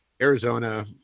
Arizona